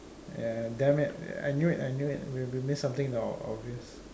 yeah damn it I knew it I knew it we we missed something obvious